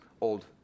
old